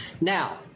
Now